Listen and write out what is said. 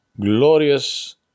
glorious